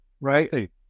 right